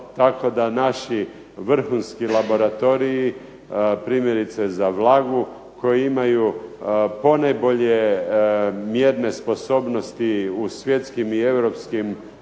Tako da naši vrhunski laboratoriji, primjerice za vlagu, koji imaju ponajbolje mjerne sposobnosti u svjetskim i europskim